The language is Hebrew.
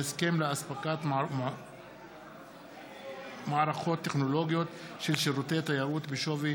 בהסכם לאספקת מערכות טכנולוגיות של שירותי תיירות בשווי